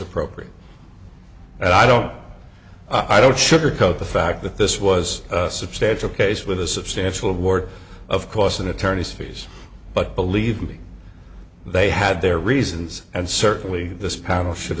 appropriate and i don't i don't sugarcoat the fact that this was a substantial case with a substantial war of course in attorney's fees but believe me they had their reasons and certainly this panel should